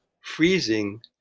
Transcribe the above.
freezing